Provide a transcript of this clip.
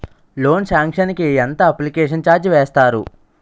Loan sanction కి ఎంత application charge వేస్తారు?